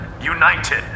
united